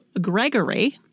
Gregory